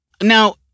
Now